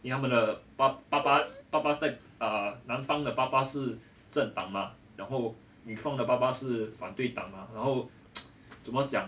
then 他们的爸爸爸爸 err 男方的爸爸是政党嘛然后女方的爸爸是反对党嘛然后 怎么讲